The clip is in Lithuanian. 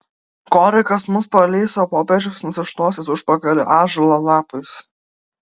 korikas mus paleis o popiežius nusišluostys užpakalį ąžuolo lapais